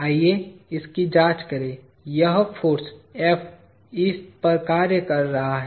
आइए इसकी जांच करें यह फाॅर्स F इस पर कार्य कर रहा है